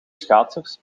schaatsers